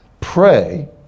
Pray